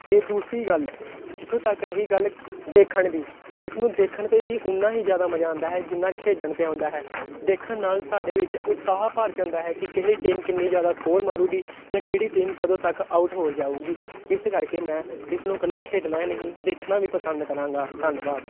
ਇਹ ਦੂਸਰੀ ਗੱਲ ਜਿੱਥੋਂ ਤੱਕ ਰਹੀ ਗੱਲ ਦੇਖਣ ਦੀ ਇਸ ਨੂੰ ਦੇਖਣ 'ਤੇ ਵੀ ਉੰਨਾ ਹੀ ਜ਼ਿਆਦਾ ਮਜ਼ਾ ਆਉਂਦਾ ਹੈ ਜਿੰਨਾ ਖੇਡਣ 'ਤੇ ਆਉਂਦਾ ਹੈ ਦੇਖਣ ਨਾਲ ਸਾਡੇ ਵਿੱਚ ਉਤਸ਼ਾਹ ਭਰ ਜਾਂਦਾ ਹੈ ਕਿ ਕਿਹੜੀ ਟੀਮ ਕਿੰਨੀ ਜ਼ਿਆਦਾ ਸਕੋਰ ਮਾਰੂਗੀ ਜਾਂ ਕਿਹੜੀ ਟੀਮ ਕਦੋਂ ਤੱਕ ਆਊਟ ਹੋ ਜਾਊਗੀ ਇਸੇ ਕਰਕੇ ਮੈਂ ਇਸ ਨੂੰ ਇਕੱਲਾ ਖੇਡਣਾ ਨਹੀਂ ਦੇਖਣਾ ਵੀ ਪਸੰਦ ਕਰਾਂਗਾ ਧੰਨਵਾਦ